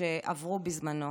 שעברו בזמנו